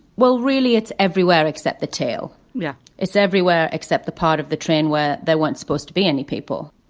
well really it's everywhere except the tail. yeah it's everywhere except the part of the train where they weren't supposed to be any people.